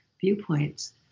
viewpoints